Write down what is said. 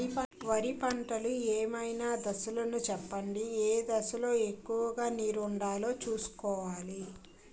వరిలో పంటలు ఏమైన దశ లను చెప్పండి? ఏ దశ లొ ఎక్కువుగా నీరు వుండేలా చుస్కోవలి?